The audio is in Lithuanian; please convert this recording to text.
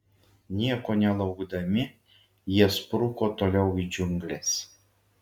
nieko nelaukdami jie spruko toliau į džiungles